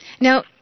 Now